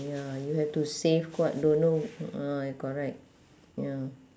ya you have to save quite don't know uh correct ya